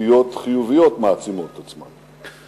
נטיות חיוביות מעצימות את עצמן.